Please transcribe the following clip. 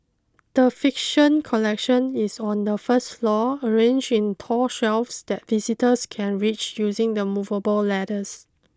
the fiction collection is on the first floor arranged in tall shelves that visitors can reach using the movable ladders